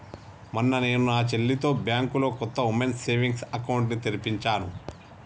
మొన్న నేను నా చెల్లితో బ్యాంకులో కొత్త ఉమెన్స్ సేవింగ్స్ అకౌంట్ ని తెరిపించాను